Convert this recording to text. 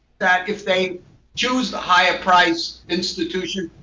that if they choose the higher price institution,